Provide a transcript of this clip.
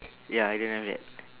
ya I don't have that